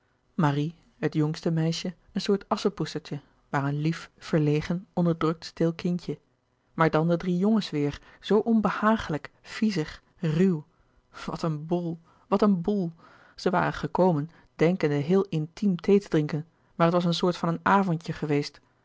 marie het jongste meisje een soort asschepoetstertje maar een lief verlegen onderdrukt stil kindje maar dan de drie jongens weêr zoo onbehagelijk viezig ruw wat een boel wat een boel zij waren gekomen denkende heel intiem thee te drinken maar het was een soort van een avondje geweest